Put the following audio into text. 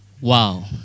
Wow